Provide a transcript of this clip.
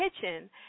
Kitchen